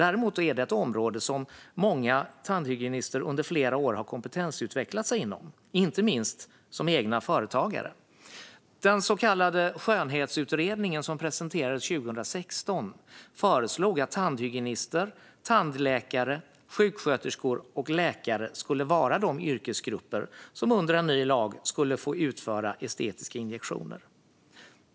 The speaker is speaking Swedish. Däremot är det ett område som många tandhygienister under flera år har kompetensutvecklat sig inom, inte minst som egna företagare. Den så kallade Skönhetsutredningen som presenterades 2016 föreslog att yrkesgrupperna tandhygienister, tandläkare, sjuksköterskor och läkare under en ny lag skulle få utföra estetiska injektioner.